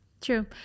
True